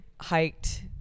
hiked